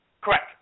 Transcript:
Correct